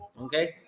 Okay